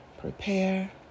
prepare